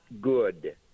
good